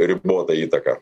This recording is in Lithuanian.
ribotą įtaką